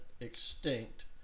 extinct